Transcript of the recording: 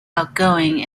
outgoing